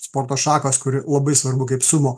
sporto šakos kur labai svarbu kaip sumo